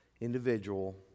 individual